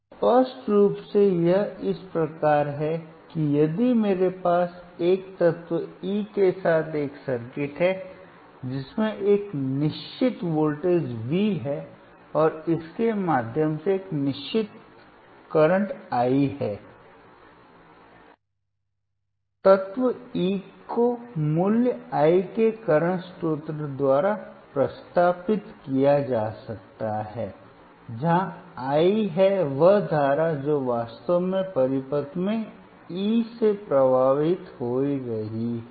तो स्पष्ट रूप से यह इस प्रकार है कि यदि मेरे पास एक तत्व E के साथ एक सर्किट है जिसमें एक निश्चित वोल्टेज V है और इसके माध्यम से एक निश्चित वर्तमान I है तो तत्व E को मूल्य I के करंट स्रोत द्वारा प्रतिस्थापित किया जा सकता है जहां I है वह धारा जो वास्तव में परिपथ में E से प्रवाहित हो रही है